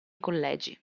collegi